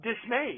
dismayed